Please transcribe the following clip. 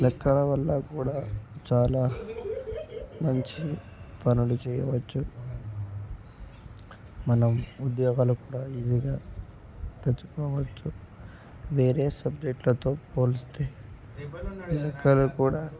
లెక్కల వల్ల కూడా చాలా మంచి పనులు చేయవచ్చు మనం ఉద్యోగాలు కూడా ఈజీగా తెచ్చుకోవచ్చు వేరే సబ్జెక్టులతో పోలిస్తే లెక్కలు కూడా